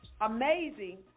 amazing